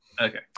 Okay